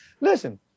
Listen